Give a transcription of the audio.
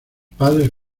padres